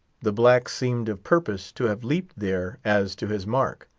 the black seemed of purpose to have leaped there as to his mark.